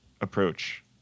approach